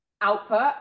output